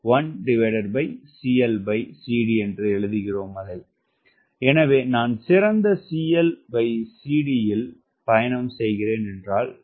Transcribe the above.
எனவே நான் சிறந்த clcd இல் பயணம் செய்கிறேன் என்றால் இது clcdmax